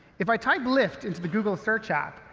if i type lyft into the google search app,